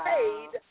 Paid